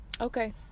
Okay